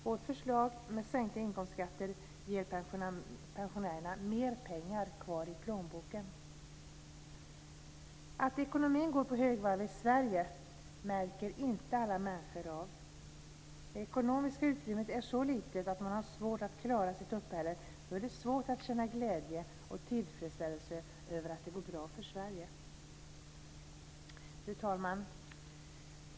Vårt förslag med sänkta inkomstskatter ger pensionärerna mer pengar kvar i plånboken. Att ekonomin går på högvarv i Sverige märker inte alla människor av. När det ekonomiska utrymmet är så litet att man har svårt att klara sitt uppehälle då är det svårt att känna glädje och tillfredsställelse över att det går bra för Sverige. Fru talman!